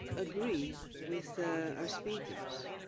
agree with our speakers